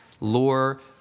lore